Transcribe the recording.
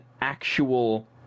actual